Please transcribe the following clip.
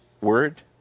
word